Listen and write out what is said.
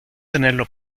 tenerlo